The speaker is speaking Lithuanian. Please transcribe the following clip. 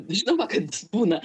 žinoma kad būna